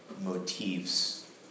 motifs